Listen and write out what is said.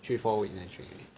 three four week never drink already